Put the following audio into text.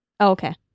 Okay